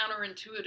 counterintuitive